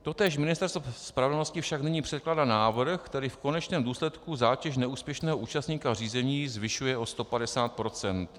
Totéž Ministerstvo spravedlnosti však nyní předkládá návrh, který v konečném důsledku zátěž neúspěšného účastníka řízení zvyšuje o 150 %.